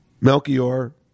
Melchior